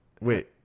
Wait